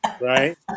Right